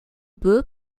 peut